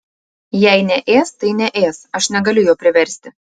jei neės tai neės aš negaliu jo priversti